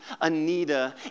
Anita